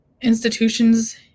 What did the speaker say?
institutions